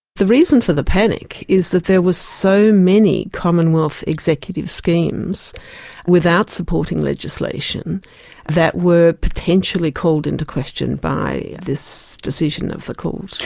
the reason for the panic is that there were so many commonwealth executive schemes without supporting legislation that were potentially called into question by this decision of the court.